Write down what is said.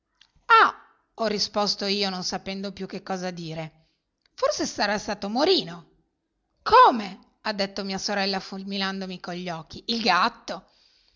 ah ho risposto io non sapendo più che cosa dire forse sarà stato morino come ha detto mia sorella fulminandomi con gli occhi il gatto